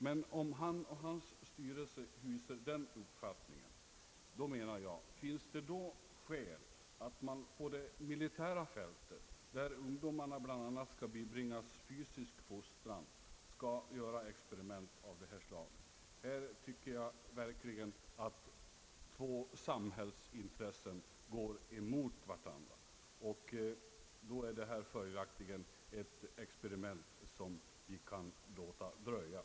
Men om han och hans styrelse hyser denna uppfattning, finns det då skäl att man på det militära fältet, där ungdomarna bl.a. skall bibringas fysisk fostran, gör experiment av detta slag? Här tycker jag verkligen att två samhällsintressen går emot varandra, och då är detta följaktligen ett experiment som vi kan låta dröja.